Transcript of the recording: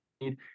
need